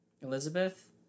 Elizabeth